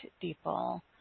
people